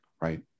Right